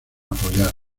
apoyar